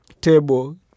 table